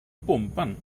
bomben